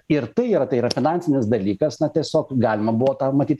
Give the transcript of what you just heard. ir tai yra tai yra finansinis dalykas na tiesiog galima buvo tą matyt